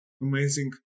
Amazing